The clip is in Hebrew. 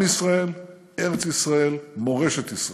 עם ישראל, ארץ ישראל, מורשת ישראל.